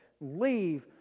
leave